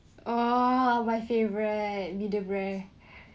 oh my favourite medium rare